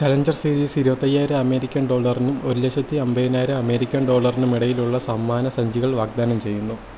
challenger series ഇരുപത്തി അയ്യായിരം American ഡോളറിനും ഒരു ലക്ഷത്തി അന്പതിനായിരം അമേരിക്കന് ഡോളറിനും ഇടയിലുള്ള സമ്മാന സഞ്ചികള് വാഗ്ദാനം ചെയ്യുന്നു